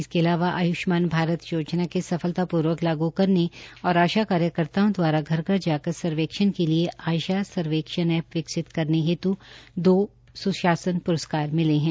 इसे अलावा आयुष्मान भारत योजना के सफलता पूर्वक लागू करने और आशा कार्यकर्ताओं द्वारा घर घर जाकर सर्वेक्षण के लिए आाशा सर्वेक्षण ऐप्प विकसित करने हेत् दो सुशासन पुरस्कार मिले है